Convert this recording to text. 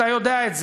אתה יודע את זה,